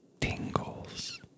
tingles